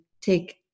take